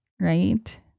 right